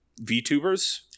VTubers